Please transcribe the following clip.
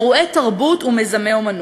אירועי תרבות ומיזמי אמנות.